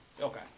Okay